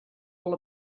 all